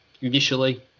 initially